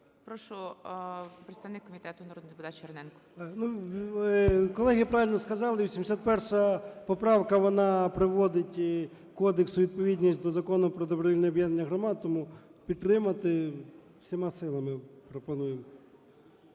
Прошу, представник комітету народний депутат Черненко. 17:20:32 ЧЕРНЕНКО О.М. Ну, колеги правильно сказали. 81 поправка, вона приводить кодекс у відповідність до Закону про добровільне об'єднання громад. Тому підтримати всіма силами пропонуємо.